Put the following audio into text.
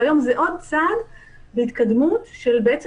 והיום זה עוד צעד להתקדמות של בעצם